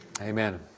Amen